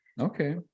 Okay